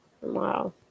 Wow